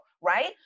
right